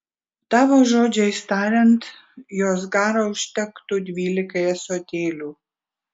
tavo žodžiais tariant jos garo užtektų dvylikai ąsotėlių